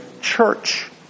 church